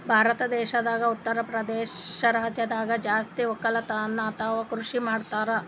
ಭಾರತ್ ದೇಶದಾಗ್ ಉತ್ತರಪ್ರದೇಶ್ ರಾಜ್ಯದಾಗ್ ಜಾಸ್ತಿ ವಕ್ಕಲತನ್ ಅಥವಾ ಕೃಷಿ ಮಾಡ್ತರ್